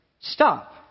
stop